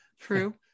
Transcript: true